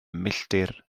milltir